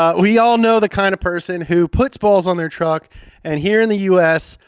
ah we all know the kind of person who puts balls on their truck and here in the u s,